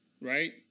right